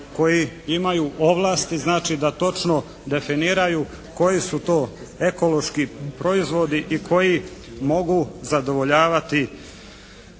koji imaju ovlasti znači da točno definiraju koji su to ekološki proizvodi i koji mogu zadovoljavati